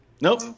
nope